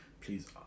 please